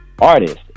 artist